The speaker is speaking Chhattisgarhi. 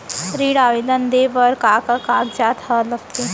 ऋण आवेदन दे बर का का कागजात ह लगथे?